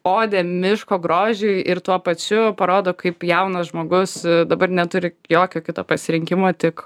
odė miško grožiui ir tuo pačiu parodo kaip jaunas žmogus dabar neturi jokio kito pasirinkimo tik